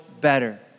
better